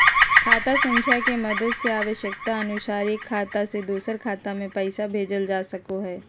खाता संख्या के मदद से आवश्यकता अनुसार एक खाता से दोसर खाता मे पैसा भेजल जा सको हय